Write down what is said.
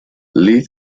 lead